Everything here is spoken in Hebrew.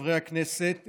חברי הכנסת,